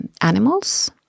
animals